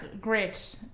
great